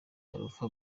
alpha